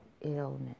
illness